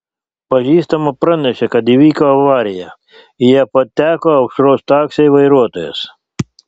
pažįstama pranešė kad įvyko avarija į ją pateko aušros taksiai vairuotojas